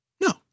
No